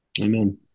amen